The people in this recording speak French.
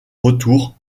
retour